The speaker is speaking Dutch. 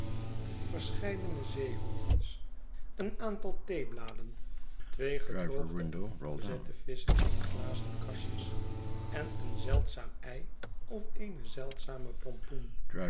verscheidene zeehorens het verlaten huis een aantal theebladen twee gedroogde en opgezette visschen in glazen kastjes en een zeldzaam ei of eene zeldzame pompoen